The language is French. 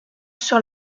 sur